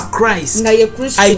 Christ